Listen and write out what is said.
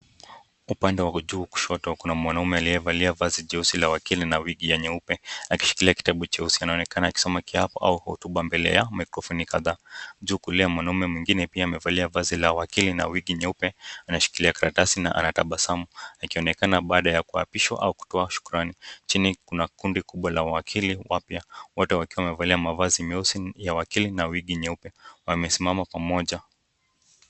Upande wa juu kushoto, kuna mwanaume aliyevalia vazi jeusi la wakili na wigi ya nyeupe, akishikilia kitabu cheusi, anaonekana akisoma kiapo au hotuba mbele ya mikrofoni kadhaa. Juu kulia mwanaume mwingine pia amevalia vazi la wakili na wigi nyeupe, na anashikilia karatasi na ana tabasamu, anaonekana baada ya kuapishwa au kutoa shukurani. Chini kuna kundi kubwa la wakili wapya wote wakiwa wamevalia mavazi meusi ya wakili na wigi nyeupe, wamesimama pamoja.